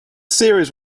series